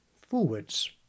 forwards